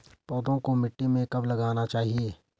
पौधों को मिट्टी में कब लगाना चाहिए?